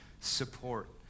support